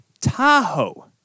Tahoe